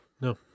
no